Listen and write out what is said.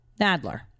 Nadler